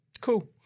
Cool